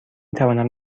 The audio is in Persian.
توانم